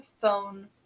phone